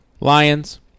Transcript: Lions